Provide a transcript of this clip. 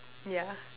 ya